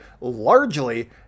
largely